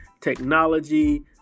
technology